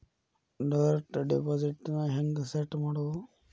Direct deposit ನ ಹೆಂಗ್ set ಮಾಡೊದು?